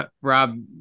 Rob